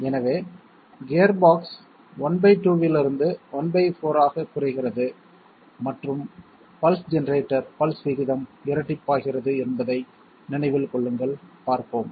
எனவே கியர்பாக்ஸ் ½ இலிருந்து ¼ ஆக குறைகிறது மற்றும் பல்ஸ் ஜெனரேட்டர் பல்ஸ் விகிதம் இரட்டிப்பாகிறது என்பதை நினைவில் கொள்ளுங்கள் பார்ப்போம்